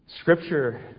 Scripture